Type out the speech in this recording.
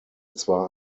zwar